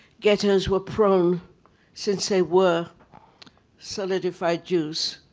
ghettos were prone since they were solidified jews,